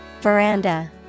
Veranda